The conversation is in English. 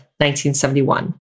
1971